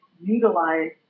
utilize